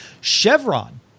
Chevron